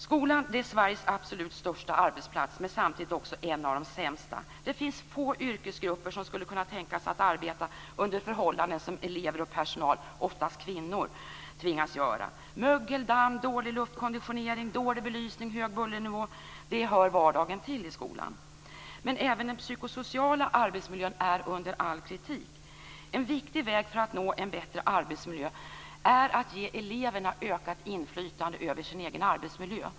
Skolan är Sveriges absolut största arbetsplats men samtidigt en av de sämsta. Det finns få yrkesgrupper som skulle kunna tänka sig att arbeta under förhållanden som elever och personal, oftast kvinnor, tvingas arbeta under. Mögel, damm, dålig luftkonditionering, dålig belysning och hög bullernivå hör vardagen till i skolan. Även den psykosociala arbetsmiljön är under all kritik. En viktig väg att gå för att nå en bättre arbetsmiljö är att ge eleverna ökat inflytande över sin egen arbetsmiljö.